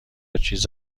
چیز